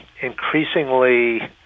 increasingly